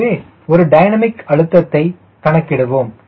எனவே ஒரு டைனமிக் அழுத்தத்தை கணக்கிடுவோம்